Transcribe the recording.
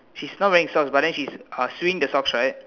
she's not wearing socks but then she's uh sewing the socks right